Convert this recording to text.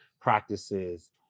practices